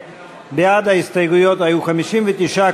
לשנת הכספים 2015. בעד ההסתייגויות היו 59 קולות,